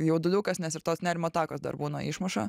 jauduliukas nes ir tos nerimo atakos dar būna išmuša